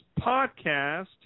podcast